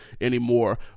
anymore